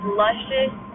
luscious